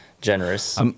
generous